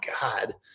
God